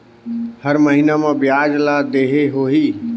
हर महीना मा ब्याज ला देहे होही?